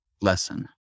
lesson